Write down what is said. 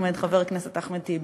חבר הכנסת אחמד טיבי,